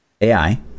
ai